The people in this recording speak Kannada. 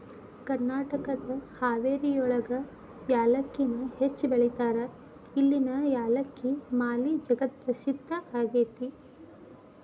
ಕರ್ನಾಟಕದ ಹಾವೇರಿಯೊಳಗ ಯಾಲಕ್ಕಿನ ಹೆಚ್ಚ್ ಬೆಳೇತಾರ, ಇಲ್ಲಿನ ಯಾಲಕ್ಕಿ ಮಾಲಿ ಜಗತ್ಪ್ರಸಿದ್ಧ ಆಗೇತಿ